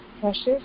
precious